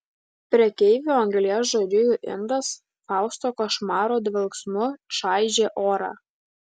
prekeivio anglies žarijų indas fausto košmaro dvelksmu čaižė orą